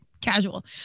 casual